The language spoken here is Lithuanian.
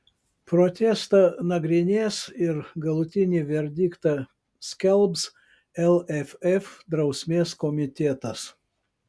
protestą nagrinės ir galutinį verdiktą skelbs lff drausmės komitetas